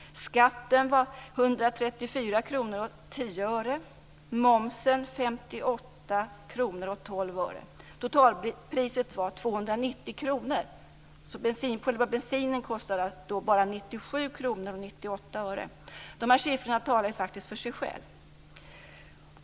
Skatten var 134:10 kr och momsen 58:12 kr. Totalpriset var 290 kr. Själva bensinen kostade alltså bara 97:98 kr. De här siffrorna talar faktiskt för sig själva.